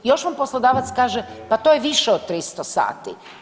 Još vam poslodavac kaže pa to je više do 300 sati.